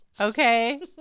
okay